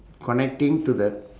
connecting to the